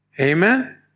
Amen